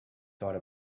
thought